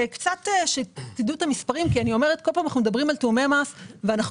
כל פעם אנחנו מדברים על תיאומי מס ואנחנו